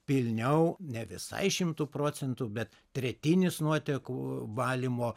pilniau ne visai šimtu procentų bet tretinis nuotekų valymo